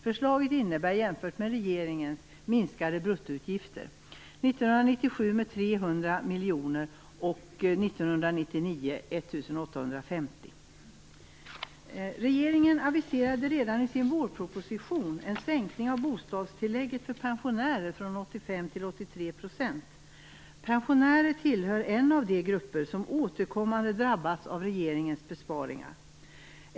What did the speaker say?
Förslaget innebär minskade bruttoutgifter jämfört med regeringens förslag - 1997 med 300 miljoner kronor och till 83 %. Pensionärer är en av de grupper som återkommande drabbas av regeringens besparingar.